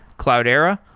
cloudera,